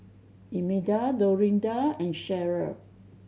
Imelda Dorinda and Sheryl